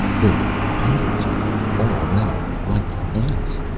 there were hundreds of them, all around. like ants.